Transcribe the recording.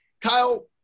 Kyle